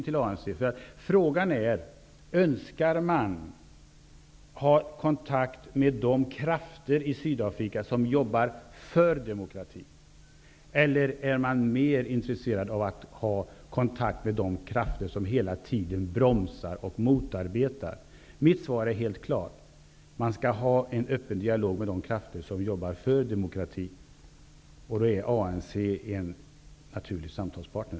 Frågan är om man önskar ha kontakt med de krafter i Sydafrika som verkar för demokrati, eller är man mer intresserad av att ha kontakt med de krafter som hela tiden bromsar och motarbetar? Mitt svar är helt klart: Man skall ha en öppen dialog med de krafter som arbetar för demokrati, och då är ANC en naturlig samtalspartner.